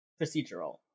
procedural